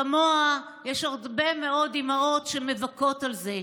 וכמוה יש עוד הרבה מאוד אימהות שמבכות על זה.